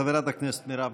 חברת הכנסת מרב מיכאלי.